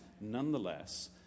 nonetheless